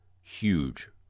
huge